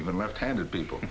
even left handed people